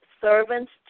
servants